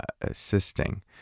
assisting